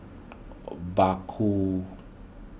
Obaku